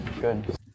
good